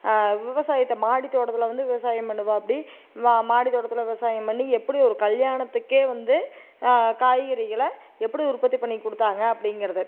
விவசாயத்தை மாடித்தோட்டத்தில் வந்து விவசாயம் பண்ணுவாப்டி மா மாடித்தோட்டத்தில் விவசாயம் பண்ணி எப்படி ஒரு கல்யாணத்துக்கே வந்து காய்கறிகளை எப்படி உற்பத்தி பண்ணி கொடுத்தாங்க அப்படிங்கிறது